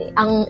ang